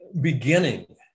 beginning